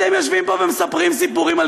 אתם יושבים פה ומספרים סיפורים על